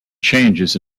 changes